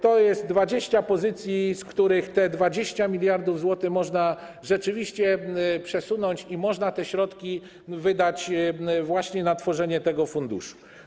To jest 20 pozycji, z których te 20 mld zł można rzeczywiście przesunąć i można te środki wydać właśnie na tworzenie tego funduszu.